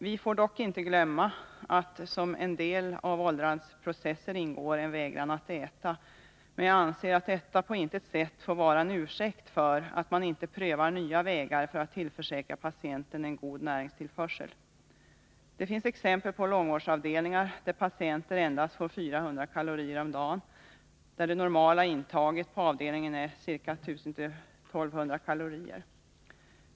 Vi får dock inte glömma att som en del av åldrandets processer ingår en vägran att äta, men jag anser att detta på intet sätt får vara en ursäkt för att man inte prövar nya vägar för att tillförsäkra patienten en god näringstillförsel. Det finns exempel på långvårdsavdelningar där patienter endast får 400 kalorier om dagen, medan det normala intaget är 1 000—1 200 kalorier.